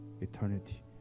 eternity